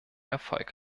erfolg